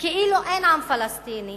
כאילו אין עם פלסטיני,